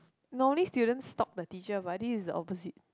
normally students stalk the teacher but I think is the opposite